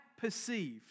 perceived